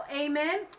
Amen